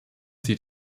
sie